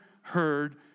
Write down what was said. heard